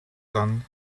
son